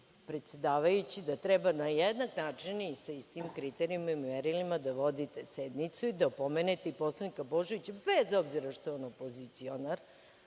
predsedavajući, da treba na jednak način i sa istim kriterijumima i merilima da vodite sednicu i da opomenete i poslanika Božovića, bez obzira što je on opozicionar,